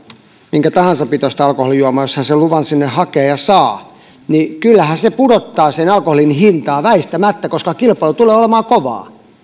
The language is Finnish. minkä tahansa pitoista alkoholijuomaa jos hän sen luvan sinne hakee ja saa että kyllähän se pudottaa sen alkoholin hintaa väistämättä koska kilpailu tulee olemaan kovaa